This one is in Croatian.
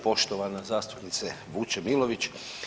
Poštovana zastupnice Vučemilović.